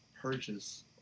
purchase